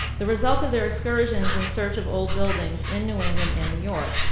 the result of their excursions in search of old buildings in new england and new york.